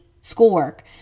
schoolwork